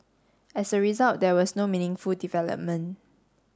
as a result there was no meaningful development